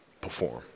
Perform